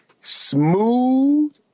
smooth